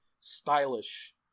stylish